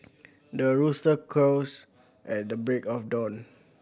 the rooster crows at the break of dawn